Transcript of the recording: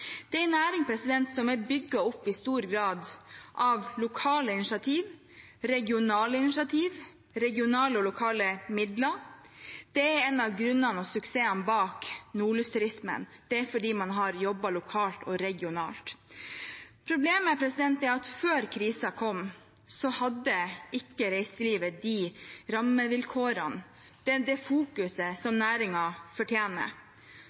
Det er en næring som i stor grad er bygd opp av lokale initiativ, regionale initiativ, regionale og lokale midler. Det er en av grunnene til og suksessen bak nordlysturismen – at man har jobbet lokalt og regionalt. Problemet er at før krisen kom, hadde ikke reiselivet de rammevilkårene, det fokuset som næringen fortjener.